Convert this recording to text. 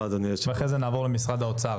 אחרי זה נעבור לנציג משרד האוצר.